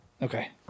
Okay